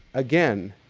again,